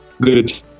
good